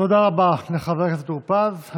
תודה רבה לחבר הכנסת טור פז.